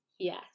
Yes